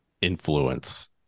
influence